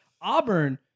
Auburn